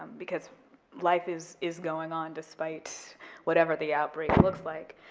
because life is is going on despite whatever the outbreak looks like.